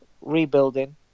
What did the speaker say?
rebuilding